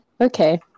Okay